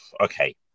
okay